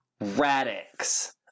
Radix